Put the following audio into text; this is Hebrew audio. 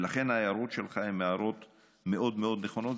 ולכן ההערות שלך הן הערות מאוד מאוד נכונות,